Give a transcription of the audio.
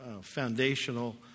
foundational